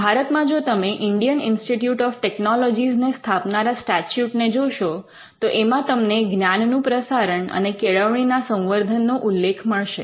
ભારતમાં જો તમે ઇન્ડિયન ઇન્સ્ટિટયૂટ ઓફ ટેકનોલૉજીઝ્ ને સ્થાપનારા સ્ટેચ્યુટ ને જોશો તો એમાં તમને જ્ઞાનનું પ્રસારણ અને કેળવણીના સંવર્ધનનો ઉલ્લેખ મળશે